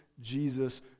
Jesus